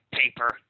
paper